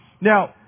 Now